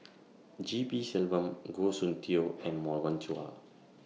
G P Selvam Goh Soon Tioe and Morgan Chua